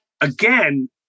again